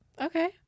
okay